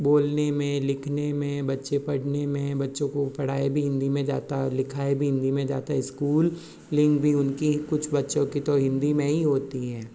बोलने में लिखने में बच्चे पढ़ने में बच्चो को पढ़ाया भी हिंदी में जाता है और लिखाया भी हिंदी में जाता है स्कूलिंग भी उनकी कुछ बच्चों की तो हिंदी में ही होती हैं